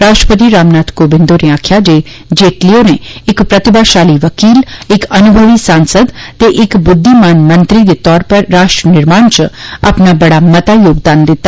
राष्ट्रपति रामनाथ कोविंद होरें आक्खेया जे जेटली होरें इक प्रतिभाशाली वकील इक अनुभवी सांसद ते इक बुद्धिमान मंत्री दे तौर उप्पर राष्ट्र निर्माण च अपना बड़ा मता योगदान दिता